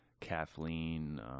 Kathleen